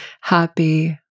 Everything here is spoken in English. happy